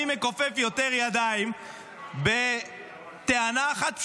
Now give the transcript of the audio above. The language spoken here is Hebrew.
מי מכופף יותר ידיים בטענה אחת פשוטה: